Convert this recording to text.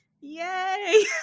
yay